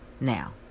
now